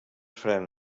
faran